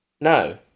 No